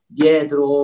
dietro